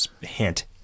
Hint